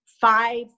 five